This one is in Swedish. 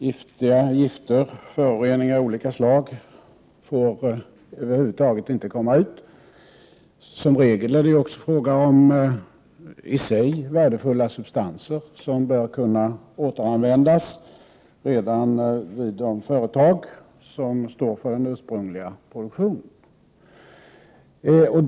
Gifter och föroreningar av olika slag får över huvud taget inte komma ut. Som regel är det också fråga om i sig värdefulla substanser som bör kunna återanvändas redan vid det företag som står för den ursprungliga produktionen.